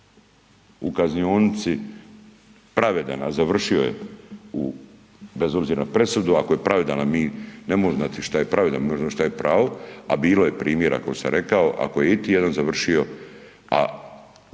u kaznionici pravedan, a završio je u bez obzira na presudu, ako je pravedan, a mi ne možeš znati šta je pravedan možda šta je … a bilo je primjera kojih sam rekao ako je iti jedan završio, a je, vjerojatno je,